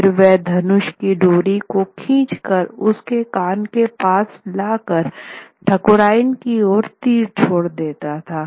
फिर वह धनुष की डोरी को खींच कर उसके कान के पास लेकर ठाकुरायन की ओर तीर छोड़ता था